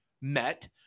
met